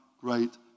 great